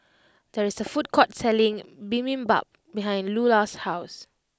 there is a food court selling Bibimbap behind Lulah's house